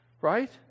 right